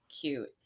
cute